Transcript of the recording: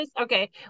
Okay